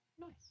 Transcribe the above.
Nice